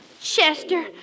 Chester